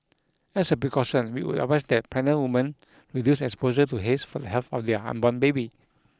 as a precaution we would advise that pregnant woman reduce exposure to haze for the health of their unborn baby